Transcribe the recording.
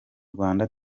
rwanda